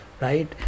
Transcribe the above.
right